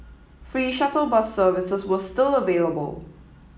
free shuttle bus services were still available